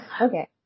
okay